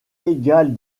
égale